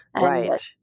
Right